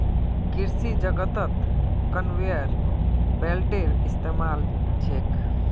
कृषि जगतत कन्वेयर बेल्टेर इस्तमाल छेक